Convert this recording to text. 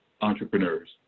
entrepreneurs